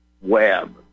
web